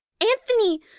Anthony